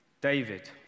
David